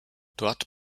dort